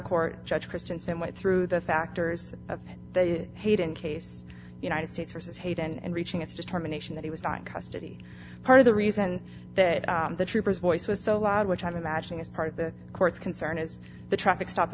court judge christianson went through the factors that they hate in case united states versus hate and reaching its determination that he was dying custody part of the reason that the troopers voice was so loud which i'm imagining is part of the court's concern as the traffic stop